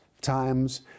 times